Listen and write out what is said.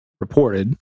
reported